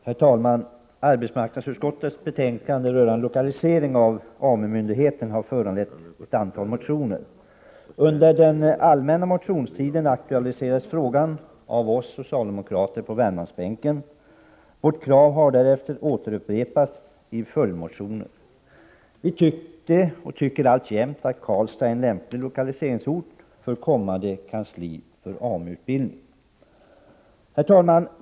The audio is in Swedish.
Herr talman! I arbetsmarknadsutskottets betänkande rörande lokalisering av AMU-myndigheten behandlas ett antal motioner. Under den allmänna motionstiden aktualiserades av oss socialdemokrater på Värmlandsbänken frågan om denna lokalisering. Vårt krav har därefter återupprepats i en motion med anledning av proposition 186. Vi tyckte och tycker alltjämt att Karlstad är en lämplig lokaliseringsort för det kommande kansliet för AMU-myndigheten. Herr talman!